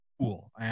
Cool